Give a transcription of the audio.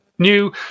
new